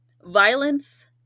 violence